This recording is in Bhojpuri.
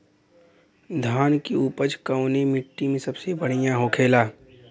धान की उपज कवने मिट्टी में सबसे बढ़ियां होखेला?